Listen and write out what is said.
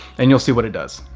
and you'll see what it does.